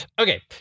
Okay